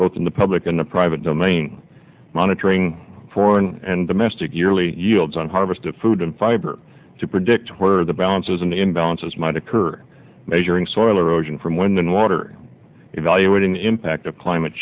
both in the public and the private domain monitoring foreign and domestic yearly yields on harvested food and fiber to predict where the balance isn't in balance as might occur measuring soil erosion from when the water evaluating the impact of climate